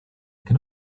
can